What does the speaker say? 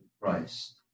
Christ